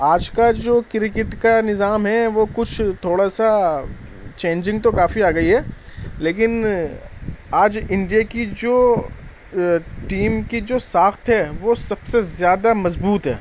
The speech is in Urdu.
آج کا جو کرکٹ کا نظام ہے وہ کچھ تھوڑا سا چینجنگ تو کافی آ گئی ہے لیکن آج انڈیا کی جو ٹیم کی جو ساخت ہے وہ سب سے زیادہ مضبوط ہے